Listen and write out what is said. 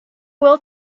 well